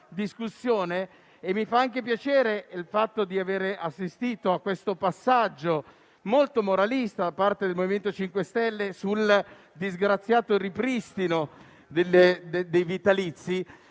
discussione, mentre mi fa piacere avere assistito al passaggio molto moralista da parte del MoVimento 5 Stelle sul disgraziato ripristino dei vitalizi: